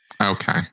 Okay